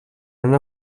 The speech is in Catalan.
una